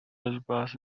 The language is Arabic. الباص